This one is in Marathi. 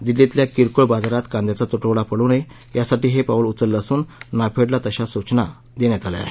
दिल्लीतल्या किरकोळ बाजारात कांद्याचा तुटवडा पडू नये यासाठी हे पाऊल उचललं असून नाफेडला तशा सूचना दिल्या गेल्या आहेत